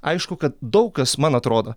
aišku kad daug kas man atrodo